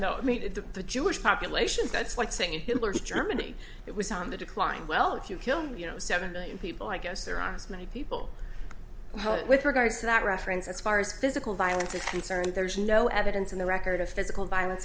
don't mean it to the jewish populations that's like saying in hitler's germany it was on the decline well if you kill me you know seven million people i guess there are as many people with regards to that reference as far as physical violence is concerned there is no evidence in the record of physical violence